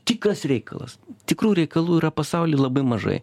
tikras reikalas tikrų reikalų yra pasauly labai mažai